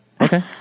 Okay